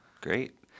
Great